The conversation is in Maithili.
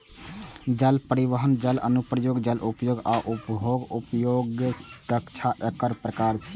जल परिवहन, जल अनुप्रयोग, जल उपयोग आ उपभोग्य उपयोगक दक्षता एकर प्रकार छियै